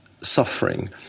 suffering